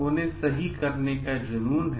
उन्हें सही करने का जुनून है